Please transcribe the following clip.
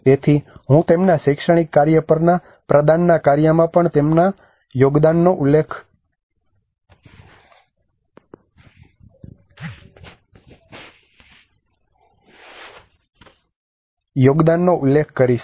તેથી હું તેમના શૈક્ષણિક કાર્ય પરના પ્રદાનના કાર્યમાં પણ તેમના યોગદાનનો ઉલ્લેખ કરીશ